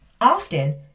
Often